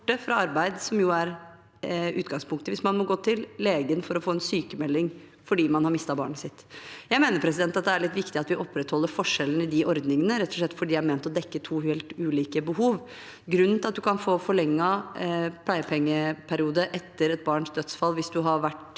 fra arbeid, som er utgangspunktet hvis man må gå til legen for å få en sykmelding fordi man har mistet barnet sitt. Jeg mener det er litt viktig at vi opprettholder forskjellen i de ordningene, rett og slett fordi de er ment å dekke to helt ulike behov. Grunnen til at man kan få forlenget pleiepengeperiode etter et barns dødsfall, hvis man har vært